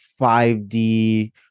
5D